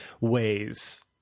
ways